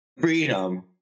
freedom